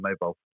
mobile